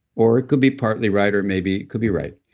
or it could be partly right, or maybe it could be right.